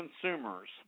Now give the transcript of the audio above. consumers